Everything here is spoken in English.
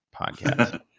podcast